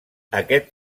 aquest